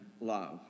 love